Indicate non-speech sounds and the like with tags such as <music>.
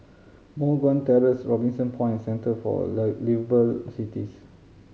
Moh Guan Terrace Robinson Point Centre for <unintelligible> Liveable Cities